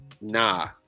nah